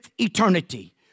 eternity